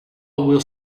will